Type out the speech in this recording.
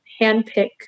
handpick